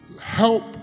help